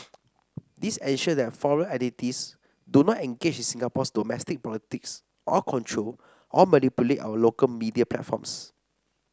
this ensure that foreign entities do not engage in Singapore's domestic politics or control or manipulate our local media platforms